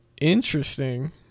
Interesting